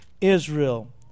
Israel